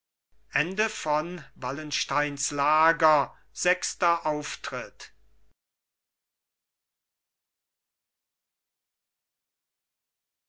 beide sechster auftritt